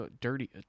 dirty